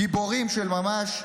גיבורים של ממש,